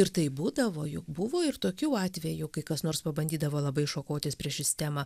ir taip būdavo juk buvo ir tokių atvejų kai kas nors pabandydavo labai šakotis prieš sistemą